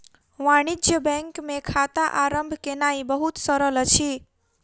वाणिज्य बैंक मे खाता आरम्भ केनाई बहुत सरल अछि